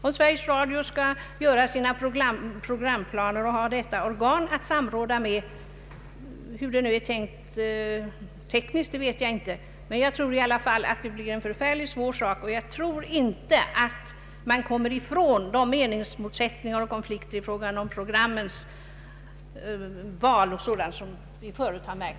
Om Sveriges Radio skall göra sina programplaner och ha detta organ att samråda med — hur det nu är tänkt tekniskt, vet jag inte — så kommer man inte ifrån de meningsmotsättningar och konflikter i fråga om programval och sådant som vi förut har märkt.